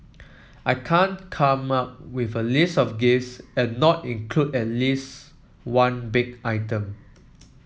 I can't come up with a list of gifts and not include at least one baked item